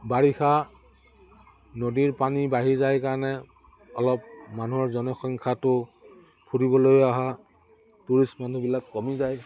বাৰিষা নদীৰ পানী বাঢ়ি যায় কাৰণে অলপ মানুহৰ জনসংখ্যাটো ফুৰিবলৈ অহা টুৰিষ্ট মানুহবিলাক কমি যায়